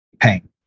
pain